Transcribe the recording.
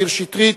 מאיר שטרית,